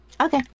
Okay